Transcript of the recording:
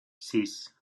sis